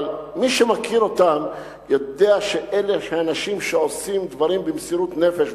אבל מי שמכיר אותם יודע שאלה אנשים שעושים דברים במסירות נפש,